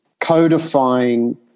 codifying